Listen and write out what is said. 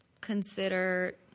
consider